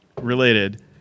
related